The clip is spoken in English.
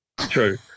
True